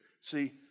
See